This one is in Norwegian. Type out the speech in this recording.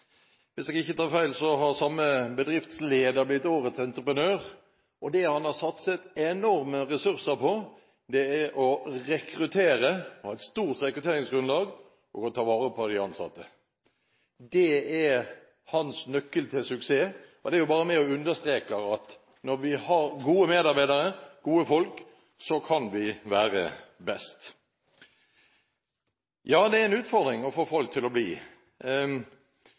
Hvis jeg ikke tar feil, har samme bedriftsleder blitt årets entreprenør. Det han har satset enorme ressurser på, er å rekruttere – ha et stort rekrutteringsgrunnlag – og å ta vare på de ansatte. Det er hans nøkkel til suksess. Det er bare med på å understreke at når vi har gode medarbeidere, gode folk, kan vi være best. Ja, det er en utfordring å få folk til å bli.